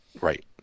Right